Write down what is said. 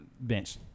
Bench